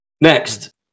Next